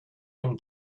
him